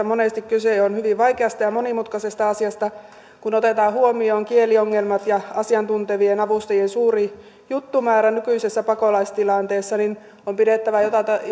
monesti kyse on hyvin vaikeasta ja monimutkaisesta asiasta ja kun otetaan huomioon kieliongelmat ja asiantuntevien avustajien suuri juttumäärä nykyisessä pakolaistilanteessa niin on pidettävä